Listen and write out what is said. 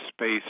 space